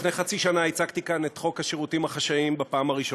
לפני חצי שנה הצגתי כאן את חוק השירותים החשאיים בפעם הראשונה.